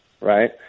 Right